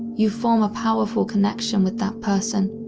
you form a powerful connection with that person,